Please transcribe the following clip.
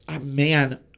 Man